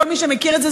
כל מי שמכיר את זה,